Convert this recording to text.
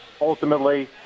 ultimately